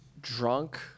drunk